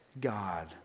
god